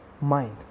mind